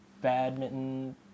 badminton